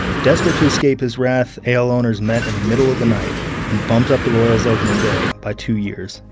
desperate to escape his wrath, al owners met in the middle of the night and bumped up the royals' opening day by two years,